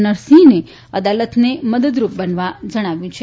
નરસિંહને અદાલતને મદદરૂપ બનવા જણાવ્યું છે